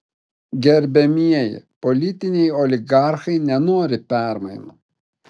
gerbiamieji politiniai oligarchai nenori permainų